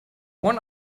one